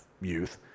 youth